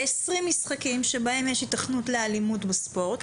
ב-20 משחקים שבהם יש היתכנות לאלימות בספורט,